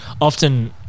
often